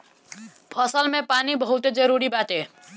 फसल में पानी बहुते जरुरी बाटे